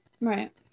Right